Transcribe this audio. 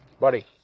buddy